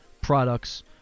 products